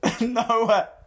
No